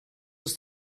ist